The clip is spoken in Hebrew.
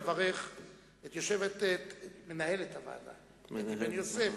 לברך את מנהלת הוועדה אתי בן-יוסף